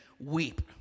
Weep